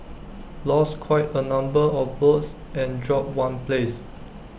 lost quite A number of votes and dropped one place